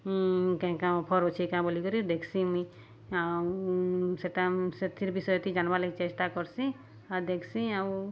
କେଁ କେଁ ଅଫର୍ ଅଛେ କାଁ ବୋଲିକରି ଦେଖ୍ସିଁ ମୁଇଁ ଆଉ ସେଟା ସେଥିର୍ ବିଷୟର୍ଥି ଜାନ୍ବାର୍ ଲାଗି ଚେଷ୍ଟା କର୍ସିଁ ଆଉ ଦେଖ୍ସିଁ ଆଉ